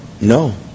No